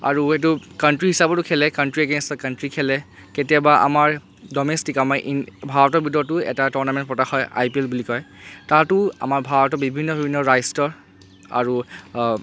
আৰু এইটো কাউণ্ট্ৰি হিচাপতো খেলে কাউণ্ট্ৰি এগেইন্ষ্টত কাউণ্ট্ৰি খেলে কেতিয়াবা আমাৰ ডমেষ্টিক আমাৰ ইন ভাৰতৰ ভিতৰতো এটা টুৰ্ণামেণ্ট পতা হয় আই পি এল বুলি কয় তাতো আমাৰ ভাৰতৰ বিভিন্ন বিভিন্ন ৰাষ্ট্ৰৰ আৰু